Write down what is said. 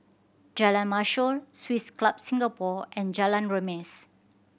Jalan Mashhor Swiss Club Singapore and Jalan Remis